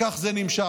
כך זה נמשך.